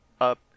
up